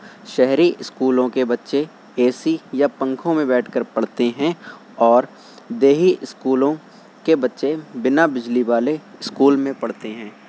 شہری اسکولوں کے بچے اے سی یا پنکھوں میں بیٹھ کر پڑھتے ہیں اور دیہی اسکولوں کے بچے بنا بجلی والے اسکول میں پڑھتے ہیں